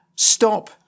Stop